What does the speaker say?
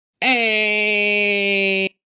hey